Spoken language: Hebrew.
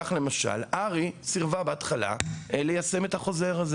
כך למשל אר"י סירבה בהתחלה ליישם את החוזר הזה